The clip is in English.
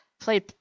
Played